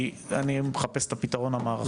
אני מחפש את הפתרון המערכתי.